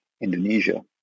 Indonesia